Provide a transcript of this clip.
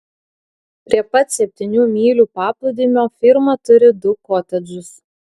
prie pat septynių mylių paplūdimio firma turi du kotedžus